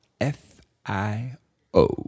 f-i-o